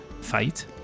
fight